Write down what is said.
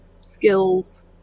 skills